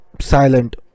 silent